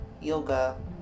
yoga